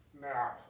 Now